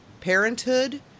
Parenthood